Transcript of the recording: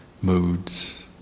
moods